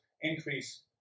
increase